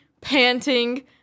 panting